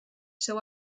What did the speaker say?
seu